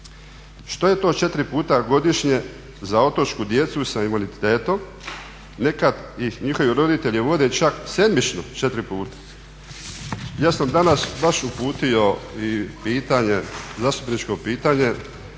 Što je to 4 puta godišnje za otočku djecu sa invaliditetom, nekad ih njihovi roditelji vode čak sedmično 4 puta. Ja sam danas baš uputio i pitanje, zastupničko pitanje